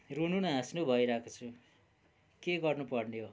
रुनु न हाँस्नु भइरहेको छु के गर्नुपर्ने हो